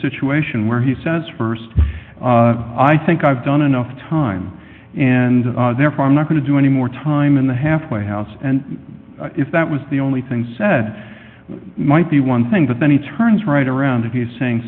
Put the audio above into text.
situation where he says st i think i've done enough time and therefore i'm not going to do any more time in the halfway house and if that was the only thing said might be one thing but then he turns right around and he's saying